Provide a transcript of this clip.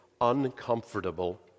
uncomfortable